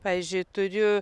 pavyzdžiui turiu